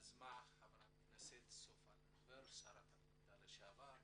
את הדיון יזמה חברת הכנסת סופה לנדבר שרת הקליטה לשעבר.